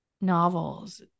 novels